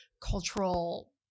cultural